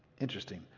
interesting